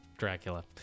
dracula